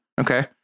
Okay